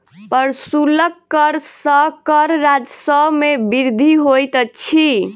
प्रशुल्क कर सॅ कर राजस्व मे वृद्धि होइत अछि